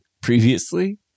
previously